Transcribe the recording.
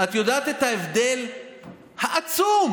יודעים